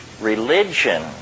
religion